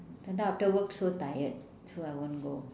sometimes after work so tired so I won't go